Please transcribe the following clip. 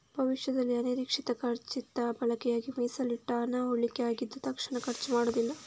ಭವಿಷ್ಯದಲ್ಲಿ ಅನಿರೀಕ್ಷಿತ ಖರ್ಚಿನ ಬಳಕೆಗಾಗಿ ಮೀಸಲಿಟ್ಟ ಹಣ ಉಳಿಕೆ ಆಗಿದ್ದು ತಕ್ಷಣ ಖರ್ಚು ಮಾಡುದಿಲ್ಲ